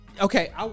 okay